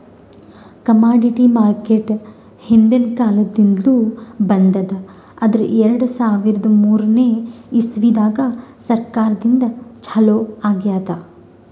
commodity market ಹಿಂದ್ಕಿನ್ ಕಾಲದಿಂದ್ಲು ಬಂದದ್ ಆದ್ರ್ ಎರಡ ಸಾವಿರದ್ ಮೂರನೇ ಇಸ್ವಿದಾಗ್ ಸರ್ಕಾರದಿಂದ ಛಲೋ ಆಗ್ಯಾದ್